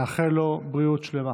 נאחל לו בריאות שלמה.